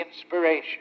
inspiration